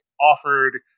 offered